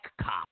cop